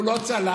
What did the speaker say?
הוא לא צלח.